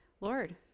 Lord